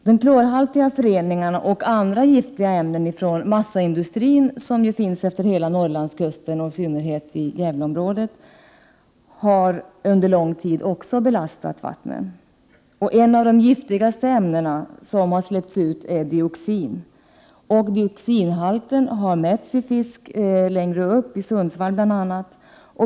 De klorhaltiga föreningarna och andra giftiga ämnen från massaindustrin som finns utefter hela Norrlandskusten och i synnerhet i Gävleområdet, har under lång tid också belastat vattnen. Ett av de giftigaste ämnen som släppts ut är dioxin. Dioxinhalten har mätts i fisk längre upp, bl.a. i Sundsvall.